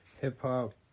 Hip-hop